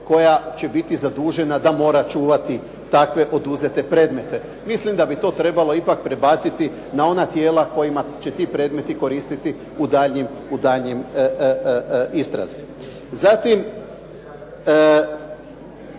koja će biti zadužena da mora čuvati takve oduzete predmete. Mislim da bi to trebalo ipak prebaciti na ona tijela kojima će ti predmeti koristiti u daljnjoj istrazi.